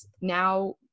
now